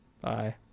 Bye